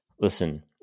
listen